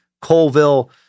Colville